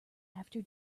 after